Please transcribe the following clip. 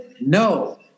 No